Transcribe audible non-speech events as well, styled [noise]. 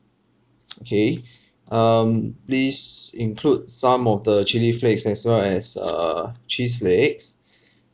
[noise] K um please include some of the chili flakes as well as uh cheese flakes